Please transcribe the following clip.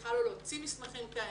בכלל לא להוציא מסמכים כאלה.